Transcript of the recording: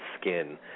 skin